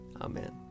Amen